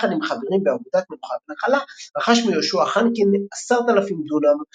ויחד עם חברים באגודת "מנוחה ונחלה" רכש מיהושע חנקין 10,000 דונם